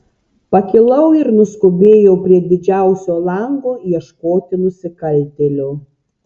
pakilau ir nuskubėjau prie didžiausio lango ieškoti nusikaltėlio